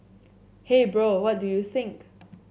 hey bro what do you think